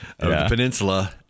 peninsula